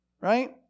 right